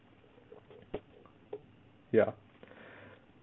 ya